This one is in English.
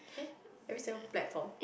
eh every single platform